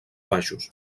baixos